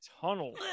tunnel